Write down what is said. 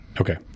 Okay